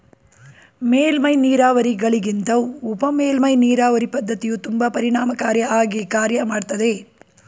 ಮೇಲ್ಮೈ ನೀರಾವರಿಗಳಿಗಿಂತ ಉಪಮೇಲ್ಮೈ ನೀರಾವರಿ ಪದ್ಧತಿಯು ತುಂಬಾ ಪರಿಣಾಮಕಾರಿ ಆಗಿ ಕಾರ್ಯ ಮಾಡ್ತದೆ